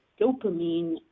dopamine